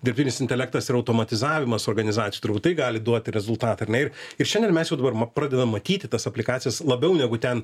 dirbtinis intelektas ir automatizavimas organizacijai turbūt gali duoti rezultatą ar ne ir ir šiandien mes jau dabar pradedam matyti tas aplikacijas labiau negu ten